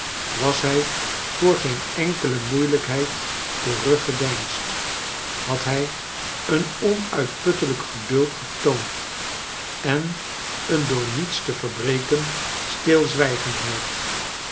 was hij voor geen enkele moeilijkheid teruggedeinsd had hij een onuitputtelijk geduld getoond en een door niets te verbreken stilzwijgendlieid